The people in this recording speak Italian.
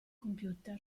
computer